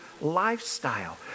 lifestyle